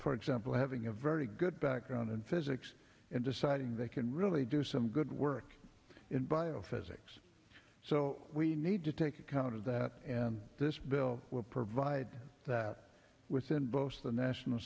for example having a very good background in physics and deciding they can really do some good work in bio physics so we need to take account of that and this bill will provide that within both the national